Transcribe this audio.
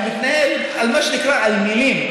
מתנהל על מה שנקרא מילים,